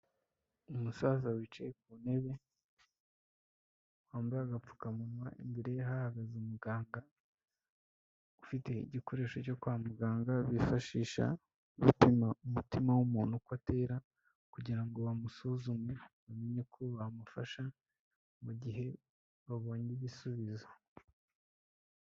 Umusaza wicaye ku ntebe wambaye agapfukamunwa, imbere ye hahagaze umuganga ufite igikoresho cyo kwa muganga bifashisha gupima umutima w'umuntu uko atera kugira ngo bamusuzume bamenye ko bamufasha mu mugihe babonye igisubizo.